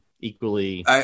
equally